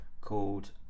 called